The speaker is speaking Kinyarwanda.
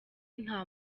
nta